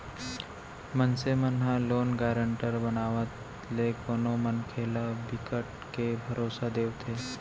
मनसे मन ह लोन गारंटर बनावत ले कोनो मनखे ल बिकट के भरोसा देवाथे